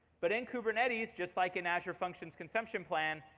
but in kubernetes, just like in azure functions consumption plan,